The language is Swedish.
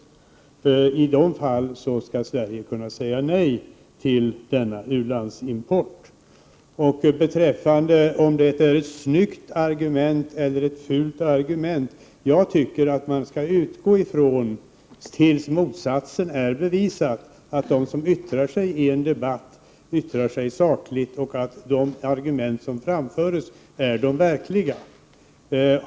I de fallen skall Sverige kunna säga nej till en import. I frågan om detta är ett snyggt eller ett fult argument vill jag säga att jag anser att man till dess motsatsen är bevisad skall utgå från att de som yttrar sig i en debatt gör det sakligt och att de argument som framförs är de verkliga.